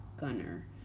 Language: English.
Gunner